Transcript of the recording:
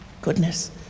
goodness